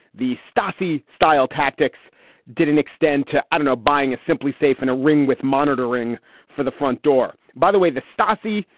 the stasi style tactics didn't extend to, i don't know, buying a simply safe in a ring with monitoring for the front door. by the way, the stasi,